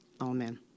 Amen